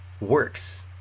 works